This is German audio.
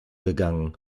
gegangen